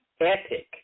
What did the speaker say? epic